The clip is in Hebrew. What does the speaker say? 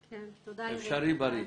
"אפשריבריא".